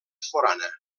forana